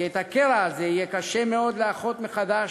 כי את הקרע הזה יהיה קשה מאוד לאחות, מחדש,